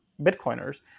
Bitcoiners